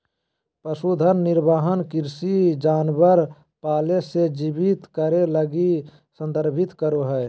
पशुधन निर्वाह कृषि जानवर पाले से जीवित करे लगी संदर्भित करा हइ